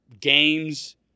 games